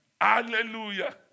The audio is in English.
Hallelujah